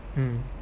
mm